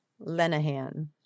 Lenahan